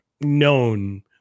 known